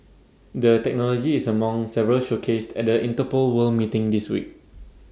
the technology is among several showcases at the Interpol world meeting this week